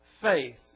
faith